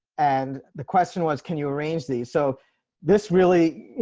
and the question was can you arrange the so this really, you